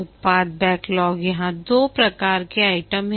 उत्पाद बैकलॉग यहाँ 2 प्रकार के आइटम हैं